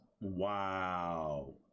Wow